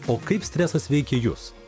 o kaip stresas veikia jus